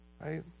right